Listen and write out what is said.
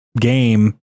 game